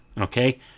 Okay